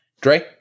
Dre